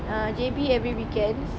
ah J_B every weekends